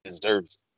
deserves